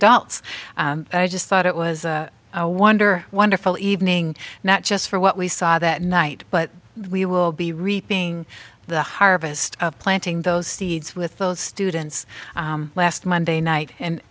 adults i just thought it was a wonder wonderful evening not just for what we saw that night but we will be reaping the harvest of planting those seeds with those students last monday night and